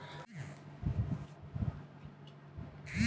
এক বিঘা জমিতে মুঘ কলাই চাষ করলে শতকরা কত ভাগ শুটিং একসাথে পাকে?